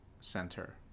center